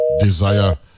desire